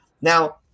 Now